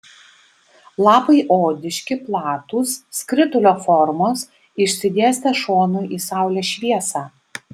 lapai odiški platūs skritulio formos išsidėstę šonu į saulės šviesą